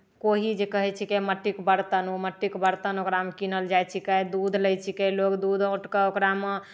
कोही जे कहै छिकै मट्टीके बरतन ओ मट्टीके बरतन ओकरामे कीनल जाइ छिकै दूध लै छिकै लोक दूध औंट कऽ ओकरामे